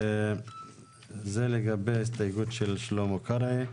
זה לגבי ההסתייגויות של קרעי.